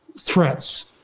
threats